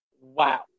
Wow